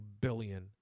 billion